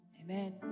Amen